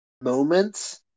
moments